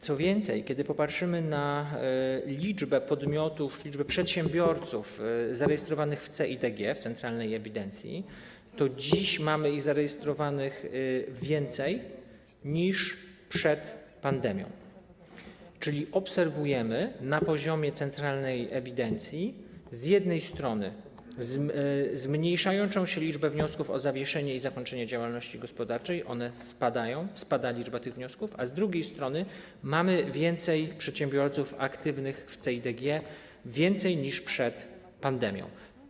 Co więcej, kiedy popatrzymy na liczbę podmiotów, liczbę przedsiębiorców zarejestrowanych w CEIDG, w centralnej ewidencji, to dziś mamy ich zarejestrowanych więcej niż przed pandemią, czyli obserwujemy na poziomie centralnej ewidencji, z jednej strony, zmniejszającą się liczbę wniosków o zawieszenie i zakończenie działalności gospodarczej, ona spada, spada liczba tych wniosków, a z drugiej strony, mamy więcej przedsiębiorców aktywnych w CEIDG, więcej niż przed pandemią.